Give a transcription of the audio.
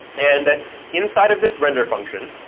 and inside of this render function,